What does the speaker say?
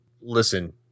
listen